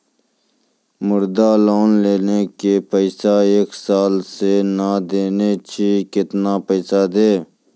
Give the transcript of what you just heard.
मुद्रा लोन लेने छी पैसा एक साल से ने देने छी केतना पैसा देब?